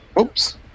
Oops